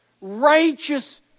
righteous